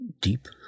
deep